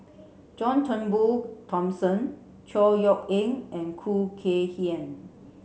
John Turnbull Thomson Chor Yeok Eng and Khoo Kay Hian